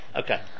Okay